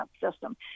system